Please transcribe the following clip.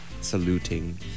saluting